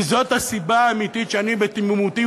כי זאת הסיבה האמיתית שאני בתמימותי,